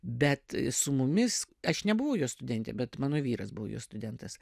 bet su mumis aš nebuvau jos studentė bet mano vyras buvo jos studentas